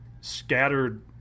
scattered